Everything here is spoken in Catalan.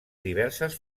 diverses